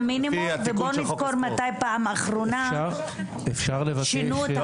בואו נזכור מתי בפעם האחרונה שינו את החוק הזה.